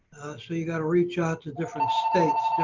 so you got to reach out to different states.